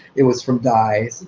it was from dyes